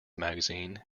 magazine